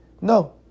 No